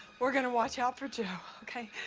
we're going to watch out for joe, okay.